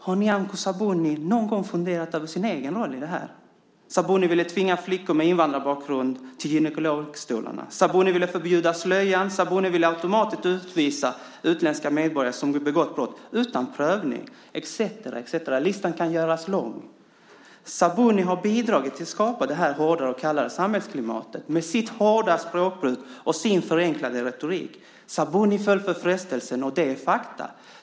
Har Nyamko Sabuni någon gång funderat över sin egen roll i detta? Sabuni ville tvinga flickor med invandrarbakgrund till gynekologstolarna, Sabuni ville förbjuda slöjan, Sabuni ville automatiskt utvisa utländska medborgare som hade begått brott utan prövning etcetera. Listan kan göras lång. Sabuni har bidragit till att skapa detta hårdare och kallare samhällsklimat med sitt hårda språkbruk och sin förenklade retorik. Sabuni föll för frestelsen, och detta är fakta.